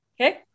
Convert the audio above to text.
Okay